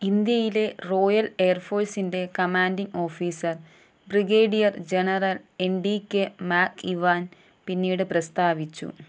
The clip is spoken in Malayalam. ഇൻഡ്യയിലെ റോയൽ എയർ ഫോഴ്സിന്റെ commanding officer brigadier general N D K McEwen പിന്നീട് പ്രസ്താവിച്ചു